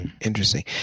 Interesting